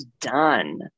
Done